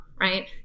right